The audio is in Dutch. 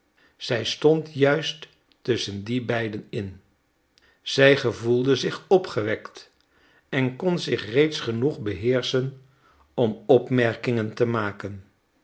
zij stond juist tusschen die beide in zij gevoelde zich opgewekt en kon zich reeds genoeg beheerschen om opmerkingen te maken